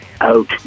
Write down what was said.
out